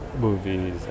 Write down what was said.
movies